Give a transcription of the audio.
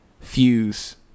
fuse